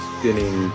Spinning